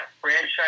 franchise